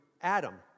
Adam